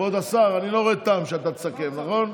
כבוד השר, אני לא רואה טעם שאתה תסכם, נכון?